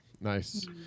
Nice